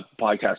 podcast